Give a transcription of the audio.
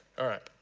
all right,